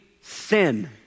sin